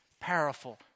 powerful